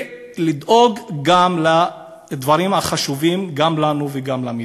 לדאוג לדברים החשובים גם לנו וגם למדינה.